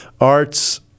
Arts